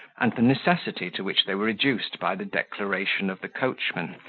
and the necessity to which they were reduced by the declaration of the coachman,